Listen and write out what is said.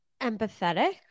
empathetic